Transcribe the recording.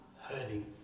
hurting